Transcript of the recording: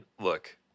look